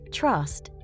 trust